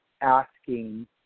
asking